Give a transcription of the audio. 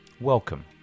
Welcome